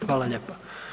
Hvala lijepa.